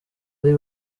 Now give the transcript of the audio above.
ari